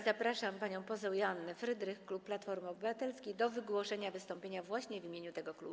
Zapraszam panią poseł Joannę Frydrych, klub Platformy Obywatelskiej, do wygłoszenia wystąpienia właśnie w imieniu tego klubu.